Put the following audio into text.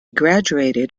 graduated